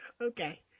Okay